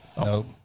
Nope